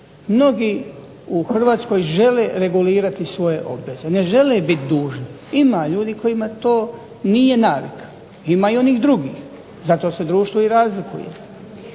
Mnogi u Hrvatskoj žele regulirati svoje obveze, ne žele biti dužni. Ima ljudi kojima to nije navika. Ima i onih drugih, zato se društvo i razlikuje.